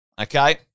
okay